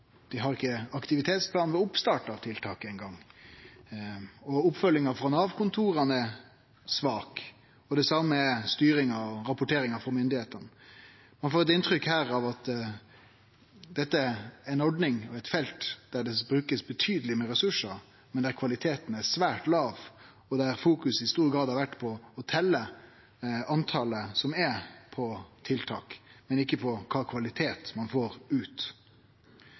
dei har ikkje eingong aktivitetsplan ved oppstart av tiltak. Oppfølginga frå Nav-kontora er svak, og det same er styringa og rapporteringa frå myndigheitene. Ein får inntrykk av at dette er ei ordning og eit felt der det blir brukt betydeleg med ressursar, men der kvaliteten er svært låg, der fokus i stor grad har vore retta mot å telje kor mange som er på tiltak, ikkje på kva kvalitet ein får ut.